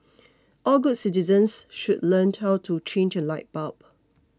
all good citizens should learn how to change a light bulb